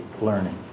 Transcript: learning